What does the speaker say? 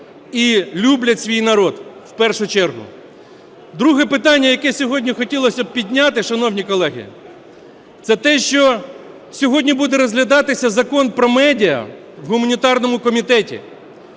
і люблять свій народ в першу чергу. Друге питання, яке сьогодні хотілося б підняти, шановні колеги, це те, що сьогодні буде розглядатися Закон про медіа в гуманітарному комітеті.